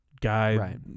guy